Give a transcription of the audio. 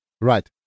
Right